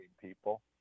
people